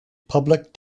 public